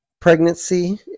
pregnancy